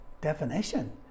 definition